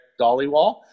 Dollywall